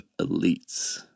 elites